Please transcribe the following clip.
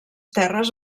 terres